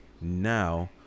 now